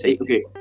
okay